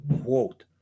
quote